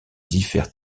diffèrent